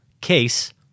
case